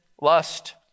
lust